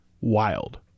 Wild